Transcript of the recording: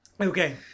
Okay